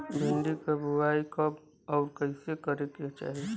भिंडी क बुआई कब अउर कइसे करे के चाही?